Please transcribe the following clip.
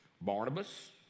Barnabas